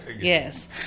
yes